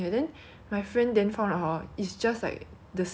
which I think is because like 他们每次都一直用那个一样的油